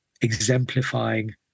exemplifying